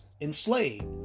enslaved